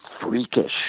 freakish